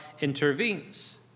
intervenes